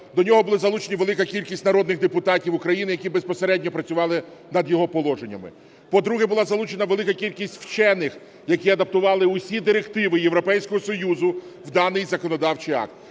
до нього була залучена велика кількість народних депутатів України, які безпосередньо працювали над його положеннями. По-друге, була залучена велика кількість вчених, які адаптували усі директиви Європейського Союзу в даний законодавчий акт.